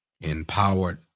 empowered